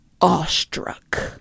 awestruck